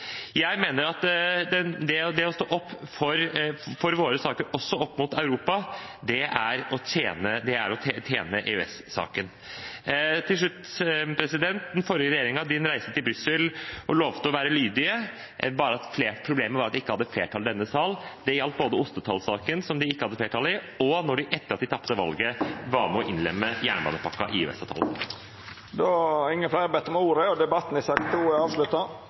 Jeg mener at det å stå opp for våre saker også opp mot Europa er å tjene EØS-saken. Til slutt: Den forrige regjeringen reiste til Brussel og lovte å være lydige. Problemet var at de ikke hadde flertall i denne sal. Det gjaldt både ostetollsaken, som de ikke hadde flertall i, og da de, etter at de tapte valget, var med og innlemmet jernbanepakka i EØS-avtalen. Fleire har ikkje bedt om ordet til sak nr. 2. Noe av det viktigste vi som folkevalgte må jobbe for, er